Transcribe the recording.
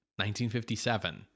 1957